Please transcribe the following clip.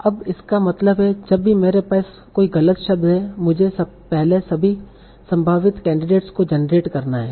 अब इसका मतलब है जब भी मेरे पास कोई गलत शब्द है मुझे पहले सभी संभावित कैंडिडेट्स को जेनरेट करना है